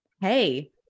hey